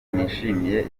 nishimiye